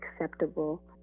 acceptable